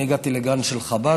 אני הגעתי לגן של חב"ד,